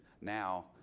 Now